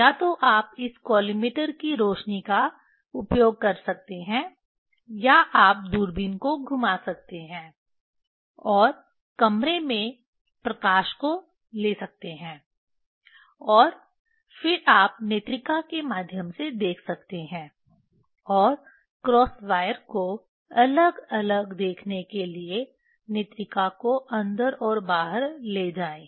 या तो आप इस कॉलिमेटर की रोशनी का उपयोग कर सकते हैं या आप दूरबीन को घुमा सकते हैं और कमरे के प्रकाश को ले सकते हैं और फिर आप नेत्रिका के माध्यम से देख सकते हैं और क्रॉस वायर को अलग अलग देखने के लिए नेत्रिका को अंदर और बाहर ले जाएं